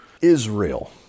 Israel